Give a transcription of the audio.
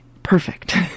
Perfect